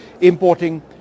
importing